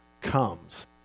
comes